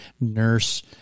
nurse